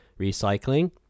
recycling